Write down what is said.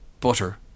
butter